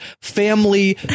family